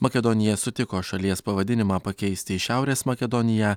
makedonija sutiko šalies pavadinimą pakeisti į šiaurės makedoniją